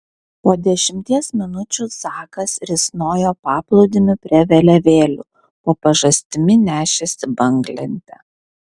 po dešimties minučių zakas risnojo paplūdimiu prie vėliavėlių po pažastimi nešėsi banglentę